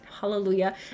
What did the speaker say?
hallelujah